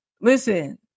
Listen